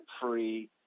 free